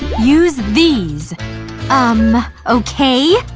use these umm, okay?